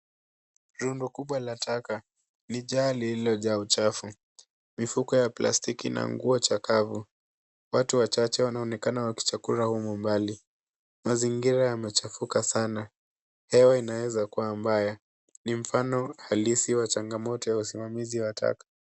Rundo kubwa la taka. Ni jaa lilojaa uchafu, mifuko ya plastiki na nguo chakavu. Watu wachache wanaonekana wakichakura humu umbali. Mazingira yamechafuka sana. Hewa inaeza kuwa mbaya. Ni mfano wa halisi wa changamoto ya usimamizi wa taka.